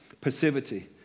passivity